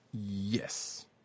Yes